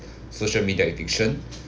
social media addiction